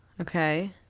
Okay